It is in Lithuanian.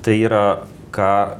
tai yra ką